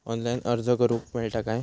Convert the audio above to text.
Online अर्ज करूक मेलता काय?